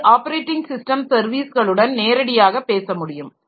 அது operating system சர்வீஸ்களுடன் நேரடியாகப் பேச முடியும்